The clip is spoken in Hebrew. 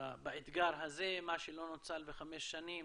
באתגר הזה, מה שלא נוצל בחמש שנים